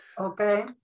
Okay